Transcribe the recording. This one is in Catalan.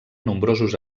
nombrosos